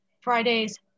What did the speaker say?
Friday's